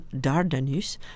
Dardanus